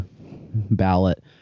ballot